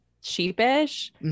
sheepish